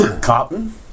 Cotton